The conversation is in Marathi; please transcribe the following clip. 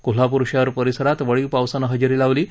कोल्हापूर शहर परिसरात वळीव पावसाने हजेरी लावली आहे